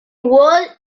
wall